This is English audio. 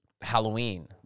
Halloween